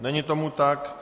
Není tomu tak.